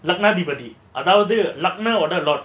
நன்னதிபதி அதாவது லக்கினவோட:nannathipathi adhaavathu lakkinavoda